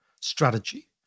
strategy